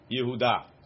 Yehuda